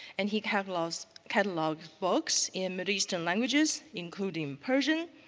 and he catalogs catalogs books in middle eastern languages including persian,